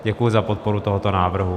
Děkuji za podporu tohoto návrhu.